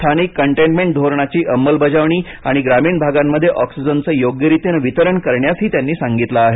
स्थानिक कंटेनमेंट धोरणाची अंमलबजावणी आणि ग्रामीण भागांमध्ये ऑक्सीजनचं योग्यरितीनं वितरण करण्यासही त्यांनी सांगितलं आहे